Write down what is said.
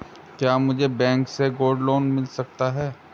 क्या मुझे बैंक से गोल्ड लोंन मिल सकता है?